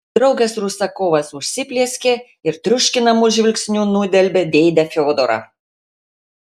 draugas rusakovas užsiplieskė ir triuškinamu žvilgsniu nudelbė dėdę fiodorą